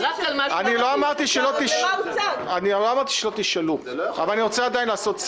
קודם כול, הוא יענה לפי שיקול דעתו.